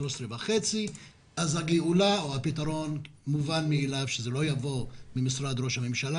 כך שהגאולה או הפתרון מובן שלא יבוא ממשרד ראש הממשלה